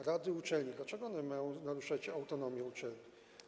Rady uczelni, dlaczego one mają naruszać autonomię uczelni.